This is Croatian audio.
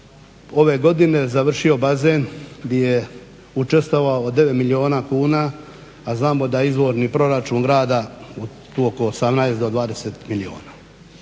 ove godine završio bazen di je učestvovalo 9 milijuna kuna, a znamo da izvorni proračun grada tu oko 18 do 20 milijuna.